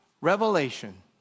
Revelation